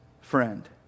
friend